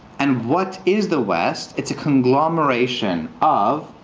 and what is the west? it's a conglomeration of